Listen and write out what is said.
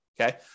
okay